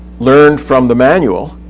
learned from the manual.